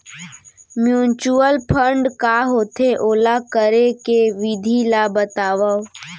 mutual fund का होथे, ओला करे के विधि ला बतावव